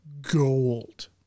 gold